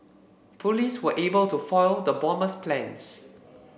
police were able to foil the bomber's plans